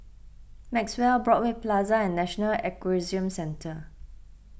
Maxwell Broadway Plaza and National Equestrian Centre